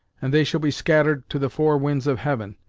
and they shall be scattered to the four winds of heaven,